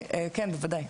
בשישי.